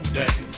day